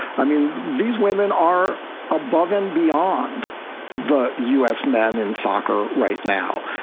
i mean, these women are above and beyond the u s. men in soccer right now.